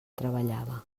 treballava